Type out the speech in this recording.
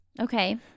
okay